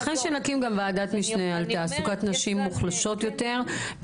ייתכן שנקים גם ועדת משנה על תעסוקת נשים מוחלשות יותר,